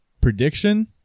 Prediction